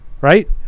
Right